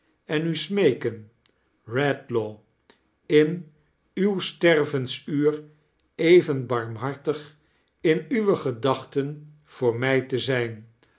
en u smeeken redlaw in uw stervensuur even barmhartig in uwe gedachten voor mij te zijn